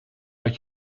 uit